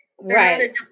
right